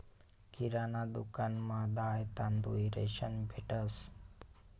किराणा दुकानमा दाय, तांदूय, रेशन भेटंस